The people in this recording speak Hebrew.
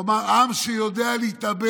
הוא אמר: עם שיודע להתאבל